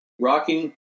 rocking